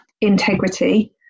integrity